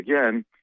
again